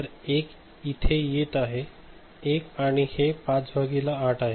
तर 1 येथे येत आहे 1 आणि हे 5 भागिले 8 आहे